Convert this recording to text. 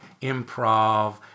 improv